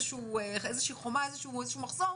איזה שהיא חומה, איזה שהוא מחסום,